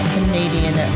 Canadian